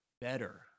better